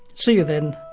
see you then,